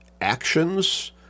actions